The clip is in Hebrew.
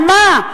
על מה?